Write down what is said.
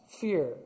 fear